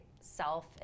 self